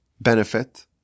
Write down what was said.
benefit